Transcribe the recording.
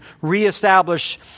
reestablish